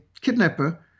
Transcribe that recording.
kidnapper